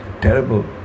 terrible